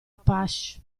apache